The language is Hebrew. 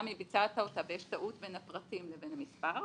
גם אם ביצעת אותה ויש טעות בין הפרטים לבין המספר.